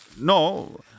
No